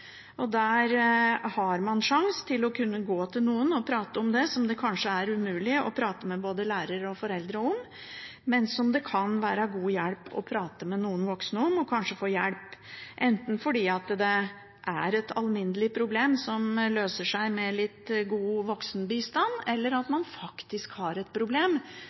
Der har man sjanse til å kunne gå til noen og prate om det som det kanskje er umulig å prate med både lærer og foreldre om, men som det kan være god hjelp å prate med noen voksne om, kanskje få hjelp, enten fordi det er et alminnelig problem som løser seg med litt god voksenbistand, eller at man faktisk har et problem